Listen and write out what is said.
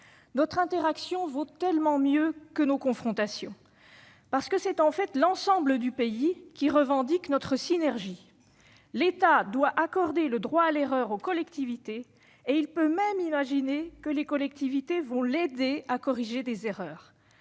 Notre interaction vaut tellement mieux que nos confrontations ! Parce que c'est en fait l'ensemble du pays qui revendique notre synergie, l'État doit accorder le droit à l'erreur aux collectivités ; il peut même imaginer que les collectivités vont l'aider à corriger des erreurs.